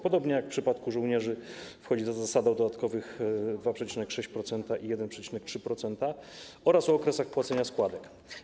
Podobnie jak w przypadku żołnierzy, wchodzi zasada dotycząca dodatkowych 2,6% i 1,3% oraz okresów płacenia składek.